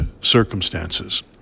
circumstances